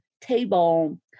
table